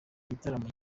gitaramo